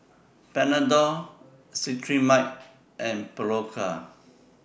Panadol Cetrimide and Berocca